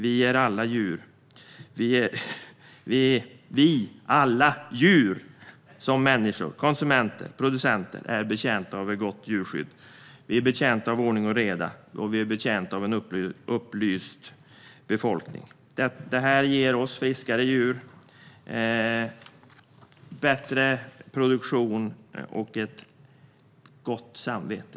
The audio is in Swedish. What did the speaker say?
Vi är alla - både djur och människor, som konsumenter och producenter - betjänta av ett gott djurskydd, ordning och reda och en upplyst befolkning. Det ger oss friskare djur, bättre produktion och gott samvete.